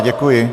Děkuji.